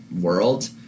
world